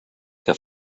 que